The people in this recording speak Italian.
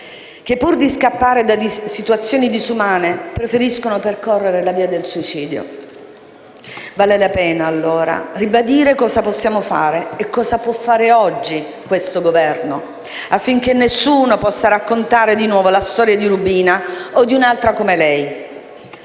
che pur di scappare da situazioni disumane preferiscono percorrere la via del suicidio. Vale la pena ribadire cosa possiamo fare e cosa può fare oggi questo Governo affinché nessuno possa raccontare di nuovo la storia di Rubina o di un'altra come lei.